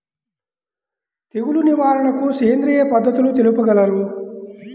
తెగులు నివారణకు సేంద్రియ పద్ధతులు తెలుపగలరు?